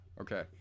okay